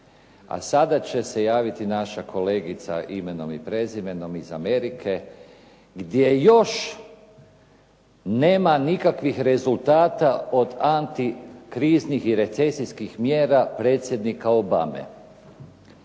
A sada će se javiti naša kolegica imenom i prezimenom iz Amerike, gdje još nema nikakvih rezultata od antikriznih i recesijskih mjera predsjednika Obame.